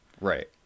Right